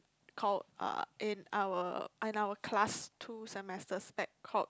called uh in our in our class two semesters that called